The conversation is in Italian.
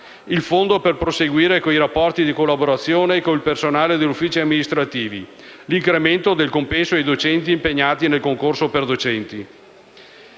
il fondo per proseguire con i rapporti di collaborazione con il personale degli uffici amministrativi, l'incremento del compenso ai docenti impegnati nel concorso per docenti.